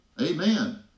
Amen